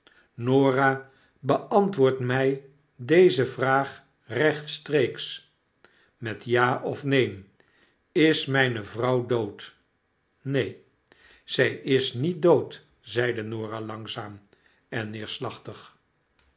norah beantwoord mij deze vraag rechtstreeks met ja of neen is mpe vrouw dood neen zy is niet dood zeide norah langzaam en neerslachtig